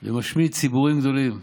ומשמיץ ציבורים גדולים.